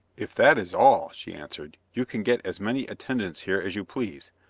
if that is all, she answered, you can get as many attendants here as you please.